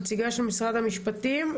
נציגת משרד המשפטים,